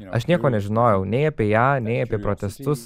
aš nieko nežinojau nei apie ją nei apie protestus